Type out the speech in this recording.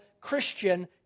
Christian